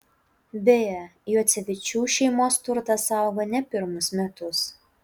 beje juocevičių šeimos turtas auga ne pirmus metus